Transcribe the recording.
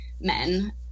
men